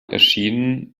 erschienen